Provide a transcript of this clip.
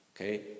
Okay